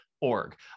org